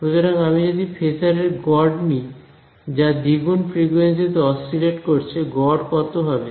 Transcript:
সুতরাং আমি যদি ফেজার এর গড় নিই যা দ্বিগুণ ফ্রিকোয়েন্সি তে অসিলেট করছে গড় কত হবে